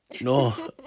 No